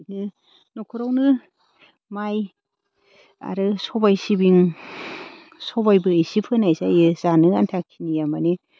बिदनो न'खरावनो माइ आरो सबाय सिबिं सबायबो एसे फोनाय जायो जानो आन्था खिनिया माने